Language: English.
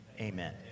Amen